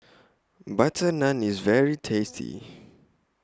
Butter Naan IS very tasty